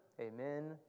Amen